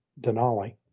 Denali